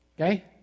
Okay